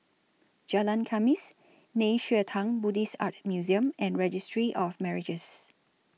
Jalan Khamis Nei Xue Tang Buddhist Art Museum and Registry of Marriages